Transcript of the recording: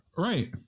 Right